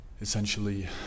essentially